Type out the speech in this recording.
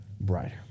brighter